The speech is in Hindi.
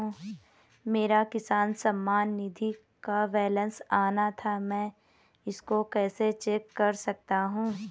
मेरा किसान सम्मान निधि का बैलेंस आना था मैं इसको कैसे चेक कर सकता हूँ?